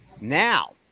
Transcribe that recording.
Now